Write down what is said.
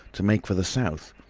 to make for the south.